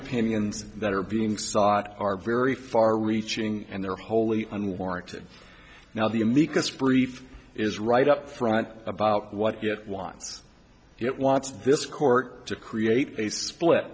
opinions that are being sought are very far reaching and they're wholly unwarranted now the amicus brief is right up front about what it wants it wants this court to create a split